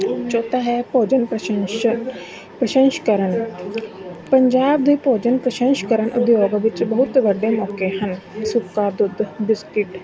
ਚੌਥਾ ਹੈ ਭੋਜਨ ਪ੍ਰਸ਼ੰਸ਼ਕ ਪ੍ਰਸ਼ੰਸਕਰਨ ਪੰਜਾਬ ਦੇ ਭੋਜਨ ਪ੍ਰਸ਼ੰਸਕਰਨ ਉਦਯੋਗ ਵਿੱਚ ਬਹੁਤ ਵੱਡੇ ਮੌਕੇ ਹਨ ਸੁੱਕਾ ਦੁੱਧ ਬਿਸਕਿਟ